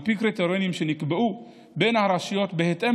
על פי קריטריונים שנקבעו בין הרשויות בהתאם